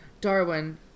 Darwin